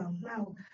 now